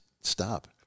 stop